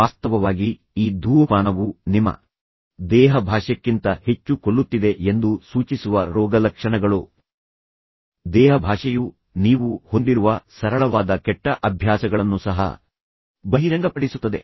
ವಾಸ್ತವವಾಗಿ ಈ ಧೂಮಪಾನವು ನಿಮ್ಮ ದೇಹಭಾಷೆಕ್ಕಿಂತ ಹೆಚ್ಚು ಕೊಲ್ಲುತ್ತಿದೆ ಎಂದು ಸೂಚಿಸುವ ರೋಗಲಕ್ಷಣಗಳು ನಿಮ್ಮ ದೇಹಭಾಷೆಯು ನೀವು ಹೊಂದಿರುವ ಸರಳವಾದ ಕೆಟ್ಟ ಅಭ್ಯಾಸಗಳನ್ನು ಸಹ ಬಹಿರಂಗಪಡಿಸುತ್ತದೆ